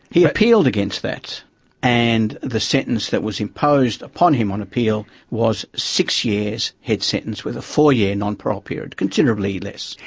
he appealed against that and the sentence that was imposed upon him on appeal was six years head sentence with a four-year non-parole period, considerably less.